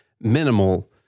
minimal